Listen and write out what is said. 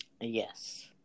Yes